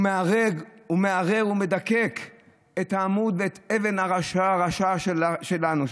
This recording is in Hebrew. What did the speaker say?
הוא מערער ומדקק את העמוד ואת אבן הראשה שלנו,